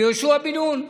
ליהושע בן-נון.